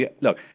look